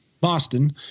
Boston